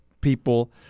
people